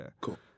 cool